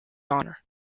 honor